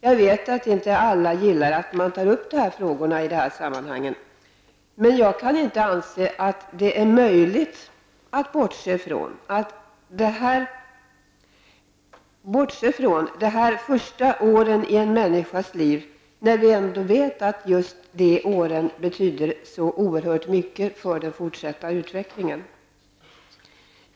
Jag vet att inte alla gillar att man tar upp de frågorna i de här sammanhangen, men jag kan inte anse att det är möjligt att bortse från de första åren i en människas liv när vi ändå vet att just de åren betyder så oerhört mycket för den fortsatta utvecklingen.